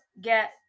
get